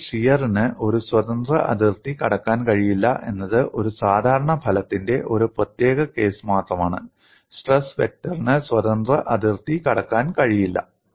അതിനാൽ ഷിയറിന് ഒരു സ്വതന്ത്ര അതിർത്തി കടക്കാൻ കഴിയില്ല എന്നത് ഒരു സാധാരണ ഫലത്തിന്റെ ഒരു പ്രത്യേക കേസ് മാത്രമാണ് സ്ട്രെസ് വെക്റ്ററിന് സ്വതന്ത്ര അതിർത്തി കടക്കാൻ കഴിയില്ല